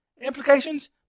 implications